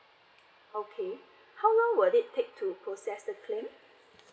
okay how long will it take to process the claim